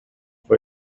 for